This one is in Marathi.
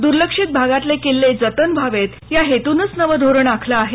दुर्लक्षित भागातले किल्ले जतन व्हावेत या हेतूनच नवं धोरण आखलं आहे